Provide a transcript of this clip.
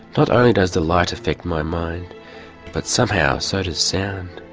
not only does the light affect my mind but somehow so does sound.